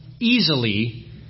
easily